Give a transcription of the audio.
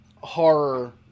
horror